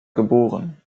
geboren